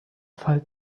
fall